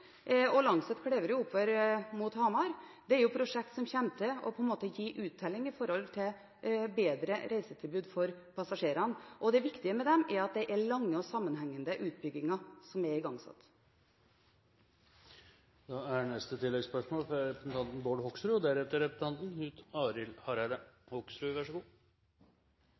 mot Hamar, er prosjekter som kommer til å gi uttelling i form av bedre reisetilbud for passasjerene. Det viktige med dem er at det er lange og sammenhengende utbygginger som er igangsatt. Bård Hoksrud – til oppfølgingsspørsmål. Nå er